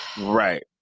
right